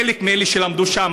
חלק מאלה שלמדו שם,